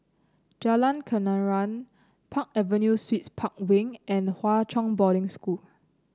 Jalan Kenarah Park Avenue Suites Park Wing and Hwa Chong Boarding School